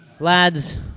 Lads